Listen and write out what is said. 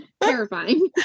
Terrifying